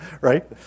right